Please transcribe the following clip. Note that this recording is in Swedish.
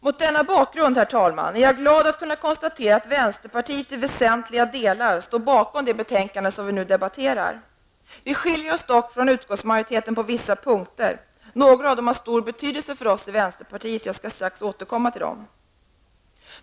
Mot denna bakgrund är jag glad att kunna konstatera att vänsterpartiet i väsentliga delar står bakom det betänkande som vi nu behandlar. Vi skiljer oss dock från utskottsmajoriteten på vissa punkter, varav några är av stor betydelse för oss i vänsterpartiet. Jag skall strax återkomma till dem.